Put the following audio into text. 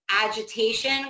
agitation